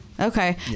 Okay